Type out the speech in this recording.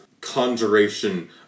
conjuration